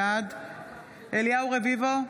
בעד אליהו רביבו,